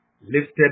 lifted